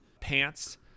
pants